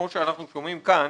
כמו שאנחנו שומעים כאן,